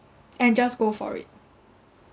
and just go for it